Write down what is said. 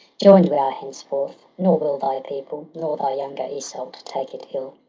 join'd we are henceforth nor will thy people. nor thy younger iseult take it ill.